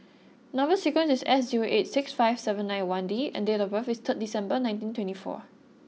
number sequence is S zero eight six five seven nine one D and date of birth is third December nineteen twenty four